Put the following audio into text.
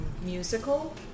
musical